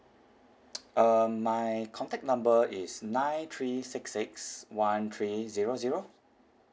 um my contact number is nine three six six one three zero zero